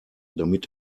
damit